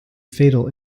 fatal